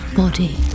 body